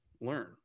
learn